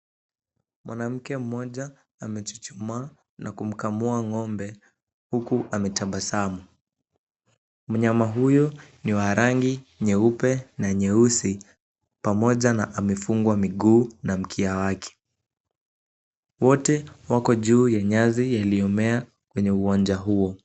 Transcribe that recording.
Mwanamke mmoja amechuchumaa na kumkamua ng'ombe huku ametabasamu. Mnyama huyo ni wa rangi nyeupe na nyeusi pamoja na amefungwa miguu na mkia wake. Wote wako juu ya nyasi yaliyomea kwenye uwanja huo.